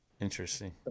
Interesting